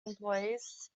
employees